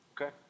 Okay